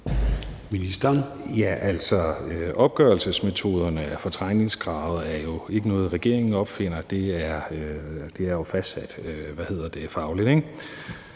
(Lars Aagaard): Altså, opgørelsesmetoderne af fortrængningskravet er ikke noget, regering opfinder. Det er jo fastsat fagligt, ikke?